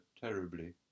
terribly